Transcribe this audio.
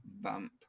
vamp